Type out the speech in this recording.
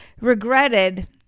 regretted